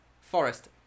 Forest